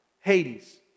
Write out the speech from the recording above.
Hades